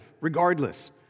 regardless